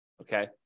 Okay